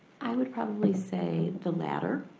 i would probably say the latter.